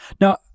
Now